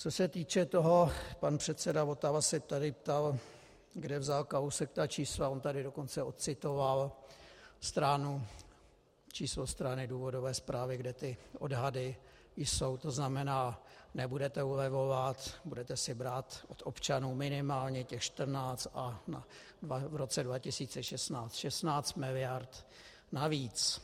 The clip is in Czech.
Co se týče toho, pan předseda Votava se tady ptal, kde vzal Kalousek ta čísla, on tady dokonce ocitoval číslo strany důvodové zprávy, kde ty odhady jsou, to znamená: Nebudete ulevovat, budete si brát od občanů minimálně těch 14 a v roce 2016 16 miliard navíc.